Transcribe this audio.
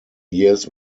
years